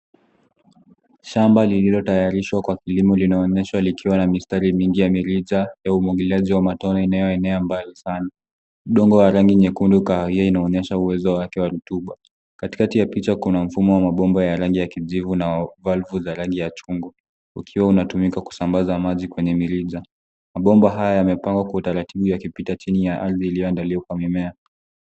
Shamba lililotayarishwa kwa kilimo linaonyeshwa likiwa na mistari mingi ya mirija ya umwagiliaji wa matone inayoenea mbali sana. Udongo wa rangi nyekundu kahawia inaonyesha uwezo wake wa rutuba. Katikati ya picha kuna mfumo wa mabomba ya rangi ya kijivu na vali za rangi chungu, ukiwa unatumika kusambaza mazi kwenye mirija. Mabomba haya yamepangwa kwa utaratibu ya kipita chini ya ardhi iliyoandaliwa kwa mimea.